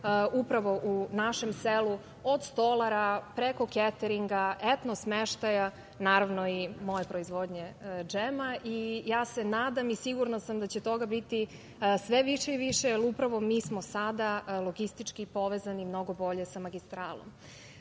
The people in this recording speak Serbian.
upravo u našem selu, od stolara, preko keteringa, etno smeštaja, naravno i moje proizvodnje džema. Ja se nadam i sigurna sam da će toga biti sve više i više, jer upravo mi smo sada logistički povezani mnogo bolje sa magistralom. Sledeću